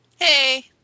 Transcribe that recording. Hey